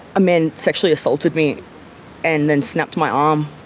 a man sexually assaulted me and then snapped my um